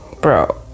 bro